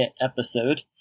episode